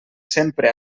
sempre